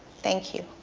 thank you.